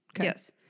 Yes